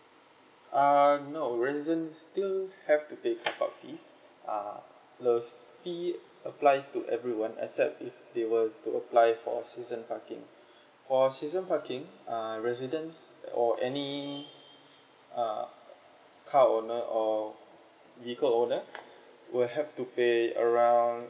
err no residents still have to pay car park fees uh the fee applies to everyone except if they were to apply for season parking for season parking uh residents or any err car owner or vehicle owner will have to pay around